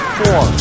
four